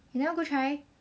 you never go try